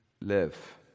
live